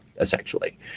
essentially